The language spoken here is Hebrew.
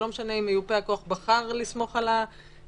שלא משנה אם מיופה הכוח בחר לסמוך על האדם,